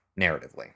narratively